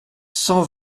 cent